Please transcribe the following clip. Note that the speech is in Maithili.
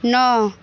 नओ